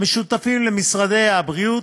המשותפים למשרדי הבריאות,